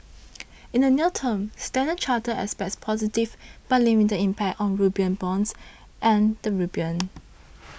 in the near term Standard Chartered expects positive but limited impact on rupiah bonds and the rupiah